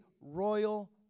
royal